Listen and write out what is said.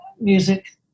Music